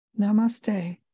Namaste